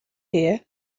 here